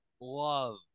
love